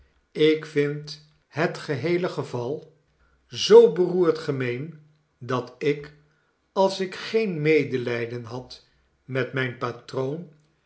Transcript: ik vind het geheele geval zoo beroerd gemeen dat ik als ik geen medelijden had met mijn patroon